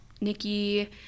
Nikki